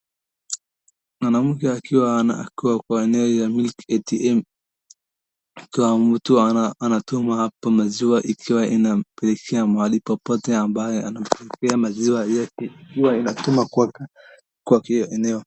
Mwanamke akiwa akiwa kwa eneo ya Milk ATM . Akiwa mtu anatuma hapa maziwa ikiwa inampelekea mahali popote ambaye anampelekea maziwa yake ikiwa inatuma kwa kwa hiyo eneo.